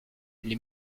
les